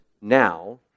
now